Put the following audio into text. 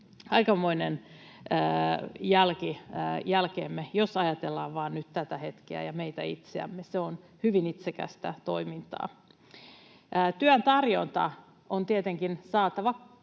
aikamoinen jälki jälkeemme, jos ajatellaan vaan nyt tätä hetkeä ja meitä itseämme. Se on hyvin itsekästä toimintaa. Työn tarjonta on tietenkin saatava